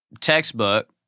textbook